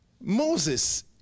Moses